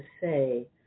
say